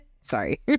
Sorry